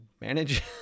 manage